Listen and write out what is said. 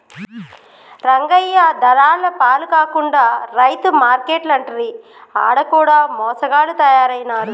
రంగయ్య దళార్ల పాల కాకుండా రైతు మార్కేట్లంటిరి ఆడ కూడ మోసగాళ్ల తయారైనారు